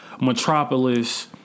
Metropolis